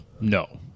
No